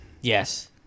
Yes